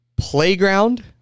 playground